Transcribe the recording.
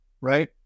right